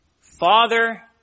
Father